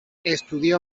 estudió